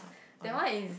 that one is